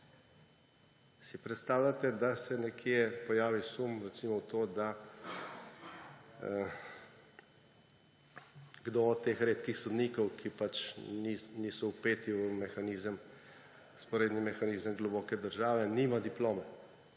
Si predstavljate, da se nekje pojavi sum, recimo tega, da kdo od teh redkih sodnikov, ki niso vpeti v vzporedni mehanizem globoke države, nima diplome